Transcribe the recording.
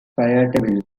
fayetteville